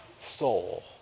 soul